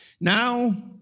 Now